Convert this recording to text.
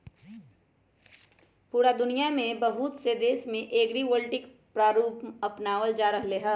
पूरा दुनिया के बहुत से देश में एग्रिवोल्टिक प्रारूप अपनावल जा रहले है